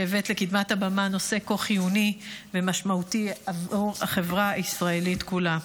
שהבאת לקדמת הבמה נושא כה חיוני ומשמעותי עבור החברה הישראלית כולה.